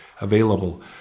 available